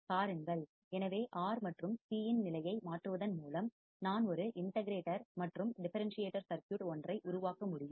பாருங்கள் எனவே R மற்றும் C இன் நிலையை மாற்றுவதன் மூலம் நான் ஒரு இண்ட கிரேட்டர் மற்றும் டிஃபரன்ஸ் சியேட்டர் சர்க்யூட் ஒன்றை உருவாக்க முடியும்